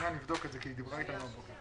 אבדוק את זה כי היא דיברה איתנו הבוקר.